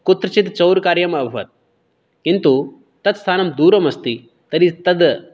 कुत्रचित् चौरकार्यं अभवत् किन्तु तद् स्थानं दूरं अस्ति तर्हि तद्